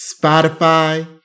Spotify